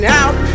out